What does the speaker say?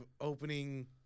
opening –